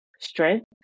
Strength